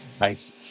Nice